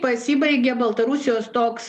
pasibaigė baltarusijos toks